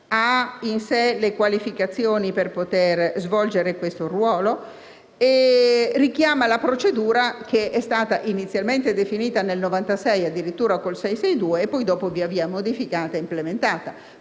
ha in sé, le qualificazioni necessarie per svolgere questo ruolo. Si richiama la procedura che è stata inizialmente definita nel 1996 con la legge n. 662 e via via modificata e implementata.